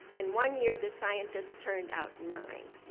in one year this scientist turned out nine,